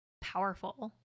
powerful